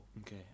Okay